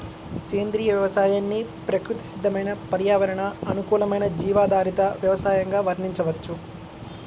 సేంద్రియ వ్యవసాయాన్ని ప్రకృతి సిద్దమైన పర్యావరణ అనుకూలమైన జీవాధారిత వ్యవసయంగా వర్ణించవచ్చు